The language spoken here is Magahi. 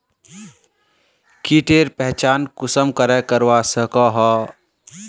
कीटेर पहचान कुंसम करे करवा सको ही?